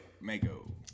Mako